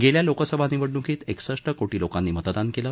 गेल्या लोकसभा निवडण्कीत एकसष्ट कोटी लोकांनी मतदान केलं